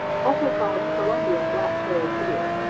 also called columbian blacktailed deer,